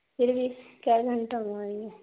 پھر بھی کئے گھنٹہ میں آئیں گے